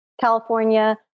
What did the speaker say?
California